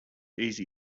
easy